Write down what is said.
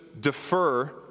defer